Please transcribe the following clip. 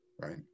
right